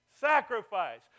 sacrifice